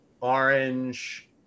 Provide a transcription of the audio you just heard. orange